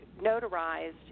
notarized